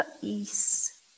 Peace